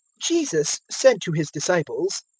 jesus said to his disciples,